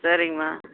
சரிங்கம்மா